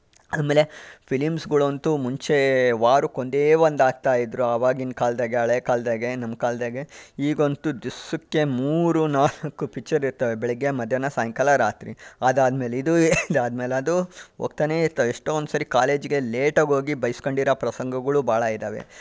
ಆಮೇಲೆ ಫಿಲಿಮ್ಸ್ಗಳಂತೂ ಮುಂಚೆ ವಾರಕ್ಕೊಂದೇ ಒಂದು ಹಾಕ್ತಾಯಿದ್ರು ಆವಾಗಿನ ಕಾಲ್ದಾಗೆ ಹಳೆ ಕಾಲ್ದಾಗೆ ನಮ್ಮ ಕಾಲ್ದಾಗೆ ಈಗಂತೂ ದಿವಸಕ್ಕೆ ಮೂರು ನಾಲ್ಕು ಪಿಚ್ಚರ್ ಇರ್ತಾವೆ ಬೆಳಗ್ಗೆ ಮಧ್ಯಾಹ್ನ ಸಾಯಂಕಾಲ ರಾತ್ರಿ ಅದಾದ್ಮೇಲೆ ಇದು ಇದಾದ್ಮೇಲೆ ಅದು ಹೋಗ್ತಾನೆಯಿರ್ತಾವೆ ಎಷ್ಟೊಂದ್ಸರಿ ಕಾಲೇಜಿಗೆ ಲೇಟಾಗೋಗಿ ಬೈಸ್ಕೊಂಡಿರೋ ಪ್ರಸಂಗಗಳು ಬಹಳ ಇದ್ದಾವೆ